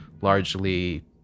largely